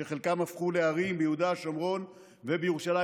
וחלקם הפכו לערים ביהודה ובשומרון ובירושלים